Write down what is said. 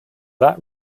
that